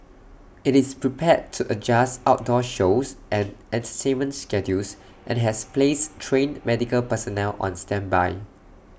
IT is prepared to adjust outdoor shows and entertainment schedules and has placed trained medical personnel on standby